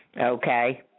Okay